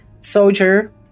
soldier